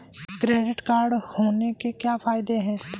Credit card होने के क्या फायदे हैं?